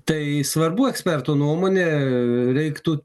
tai svarbu ekspertų nuomonė reiktų